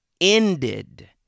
ended